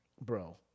Bro